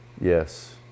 Yes